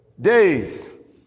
days